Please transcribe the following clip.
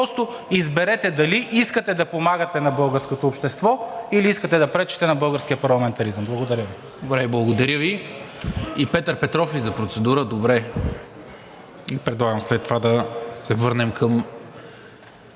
Просто изберете дали искате да помагате на българското общество, или искате да пречите на българския парламентаризъм. Благодаря Ви. ПРЕДСЕДАТЕЛ НИКОЛА МИНЧЕВ: Благодаря Ви. И Петър Петров ли за процедура? Добре. Предлагам след това да се върнем към